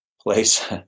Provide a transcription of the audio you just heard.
place